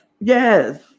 yes